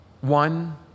One